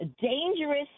dangerous